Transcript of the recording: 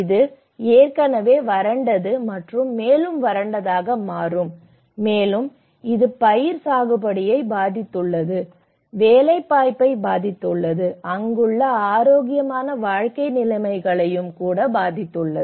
இது ஏற்கனவே வறண்டது மற்றும் மேலும் வறண்டதாக மாறும் மேலும் இது பயிர் சாகுபடியை பாதித்துள்ளது வேலைவாய்ப்பை பாதித்துள்ளது அங்குள்ள ஆரோக்கியமான வாழ்க்கை நிலைமைகளையும் கூட பாதித்துள்ளது